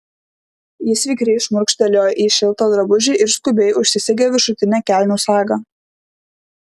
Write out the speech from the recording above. jis vikriai šmurkštelėjo į šiltą drabužį ir skubiai užsisegė viršutinę kelnių sagą